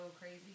crazy